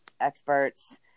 experts